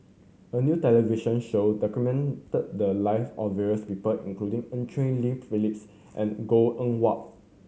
a new television show documented the live of various people including Eu Cheng Li Phyllis and Goh Eng Wah